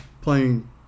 playing